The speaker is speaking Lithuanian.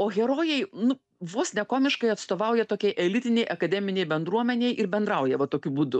o herojai nu vos ne komiškai atstovauja tokiai elitinei akademinei bendruomenei ir bendrauja va tokiu būdu